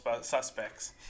suspects